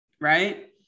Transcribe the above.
right